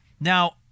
Now